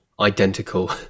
identical